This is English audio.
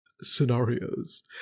scenarios